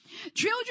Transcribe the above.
Children